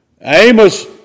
Amos